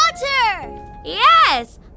Yes